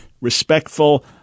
respectful